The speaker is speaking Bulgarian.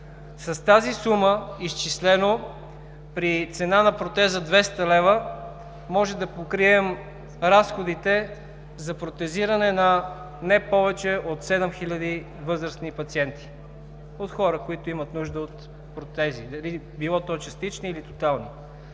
С тази сума – изчислено, при цена на протеза 200 лв., може да покрием разходите за протезиране на не повече от 7 хиляди възрастни пациенти, от хора, които имат нужда от протези – било то частични, или тотални.